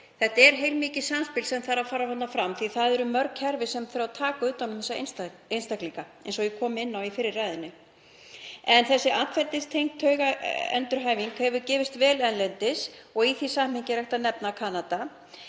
Þetta er heilmikið samspil sem þarf að fara fram því að mörg kerfi þurfa að taka utan um þessa einstaklinga eins og ég kom inn á í fyrri ræðu minni. Atferlistengd taugaendurhæfing hefur gefist vel erlendis og í því samhengi er hægt að nefna að